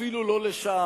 אפילו לא לשעה.